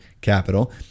capital